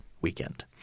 weekend